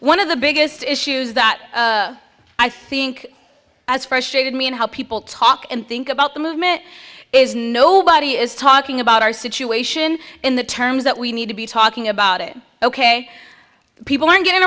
one of the biggest issues that i think as frustrated me and how people talk and think about the movement is nobody is talking about our situation in the terms that we need to be talking about it ok people aren't getting